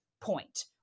point